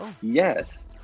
Yes